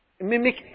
mimic